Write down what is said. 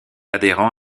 adhérents